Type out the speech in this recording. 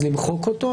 הרעיון למחוק אותו,